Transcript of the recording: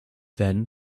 then